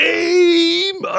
Game